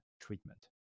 treatment